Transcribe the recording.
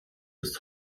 ist